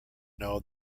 know